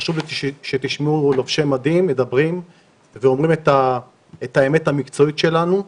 חשוב לי שתשמעו לובשי מדים מדברים ואומרים את האמת המקצועית שלנו.